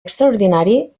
extraordinari